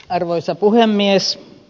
arvoisa puhemies